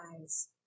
eyes